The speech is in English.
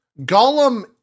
Gollum